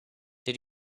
did